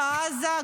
בעזה,